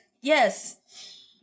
Yes